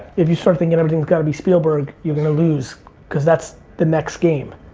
if you start thinking everything's gotta be spielberg, you're gonna lose cause that's the next game.